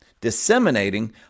disseminating